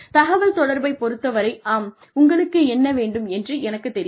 தகவல்தொடர்பை பொறுத்தவரை ஆம் உங்களுக்கு என்ன வேண்டும் என்று எனக்குத் தெரியும்